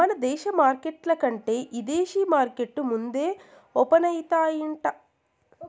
మన దేశ మార్కెట్ల కంటే ఇదేశీ మార్కెట్లు ముందే ఓపనయితాయంట